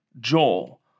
Joel